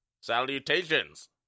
salutations